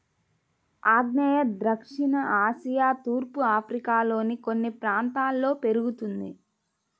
ఆగ్నేయ దక్షిణ ఆసియా తూర్పు ఆఫ్రికాలోని కొన్ని ప్రాంతాల్లో పెరుగుతుంది